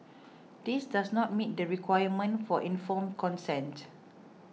this does not meet the requirement for informed consent